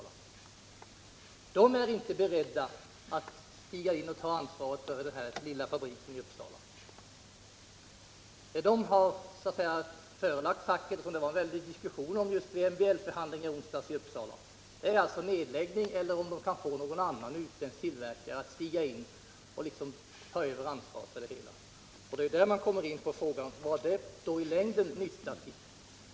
Företaget är inte berett att gå in och ta ansvaret för den här lilla fabriken i Uppsala. Man har förelagt facket — och det var en villdig diskussion om detta vid en MBL-förhandling i onsdags i Uppsala — besked om att det blir nedläggning såvida man inte kan få någon utländsk tillverkare att ta över ansvaret för det heta. Då kommer vi in på frågan vad det i längden nyttjar till.